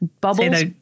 Bubbles